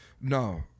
No